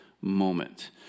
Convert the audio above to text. moment